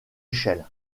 échelle